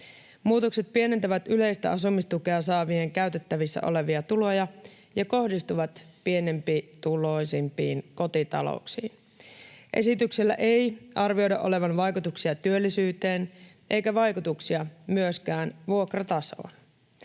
Muutokset pienentävät yleistä asumistukea saavien käytettävissä olevia tuloja ja kohdistuvat pienituloisimpiin kotitalouksiin. Esityksellä ei arvioida olevan vaikutuksia työllisyyteen eikä vaikutuksia myöskään vuokratasoon.